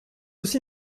aussi